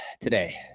today